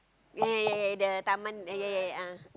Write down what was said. ya ya ya the taman ya ya ya a'ah